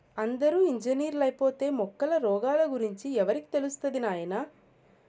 అందరూ ఇంజనీర్లైపోతే మొక్కల రోగాల గురించి ఎవరికి తెలుస్తది నాయనా